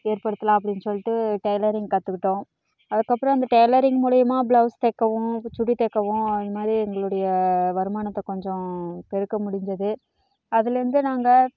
ஏற்படுத்தலாம் அப்படின்னு சொல்லிட்டு டெய்லரிங் கத்துக்கிட்டோம் அதுக்கப்புறம் அந்த டெய்லரிங் மூலியமா பிளவுஸ் தைக்கவும் சுடி தைக்கவும் அது மாதிரி எங்களுடைய வருமானத்தை கொஞ்சம் பெருக்க முடிஞ்சது அதிலிருந்தே நாங்கள்